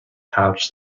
pouch